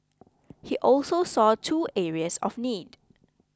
he also saw two areas of need